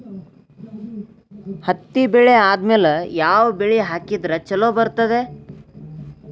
ಹತ್ತಿ ಬೆಳೆ ಆದ್ಮೇಲ ಯಾವ ಬೆಳಿ ಹಾಕಿದ್ರ ಛಲೋ ಬರುತ್ತದೆ?